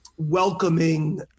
Welcoming